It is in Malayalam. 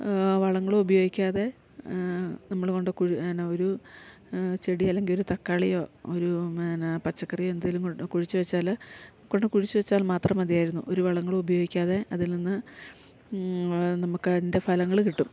വളങ്ങളുപയോഗിക്കാതെ നമ്മള് കൊണ്ട് കുഴി പിന്ന ഒരു ചെടി അല്ലെങ്കിൽ ഒരു തക്കാളിയോ ഒരു പിന്നെ പച്ചക്കറിയെന്തേലും കൊണ്ട് കുഴിച്ച് വെച്ചാല് കൊണ്ട് കുഴിച്ച് വെച്ചാല് മാത്രം മതിയായിരുന്നു ഒരു വളങ്ങളുപയോഗിക്കാതെ അതിൽ നിന്ന് നമുക്ക് അതിൻ്റെ ഫലങ്ങള് കിട്ടും